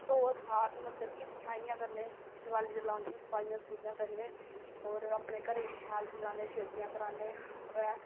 सोत सात मतलब कि सफाइयां करने देआली जेल्लै औंदी सफाइयां सफुइयाँ करने और अपने घरै गी शैल सजान्ने सफेदियां करान्ने ऐ